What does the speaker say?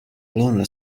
luna